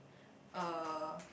uh